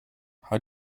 how